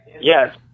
Yes